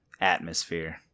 atmosphere